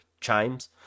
chimes